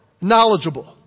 knowledgeable